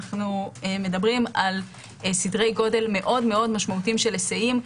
אנחנו מדברים על סדרי גודל מאוד משמעותיים של היסעים.